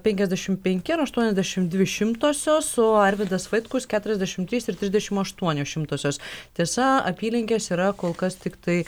penkiasdešimt penki ir aštuoniasdešimt dvi šimtosios o arvydas vaitkus keturiasdešimt trys ir trisdešimt aštuonios šimtosios tiesa apylinkės yra kol kas tiktai